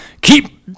Keep